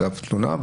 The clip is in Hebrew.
של התלונה.